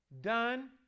done